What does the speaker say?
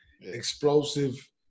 explosive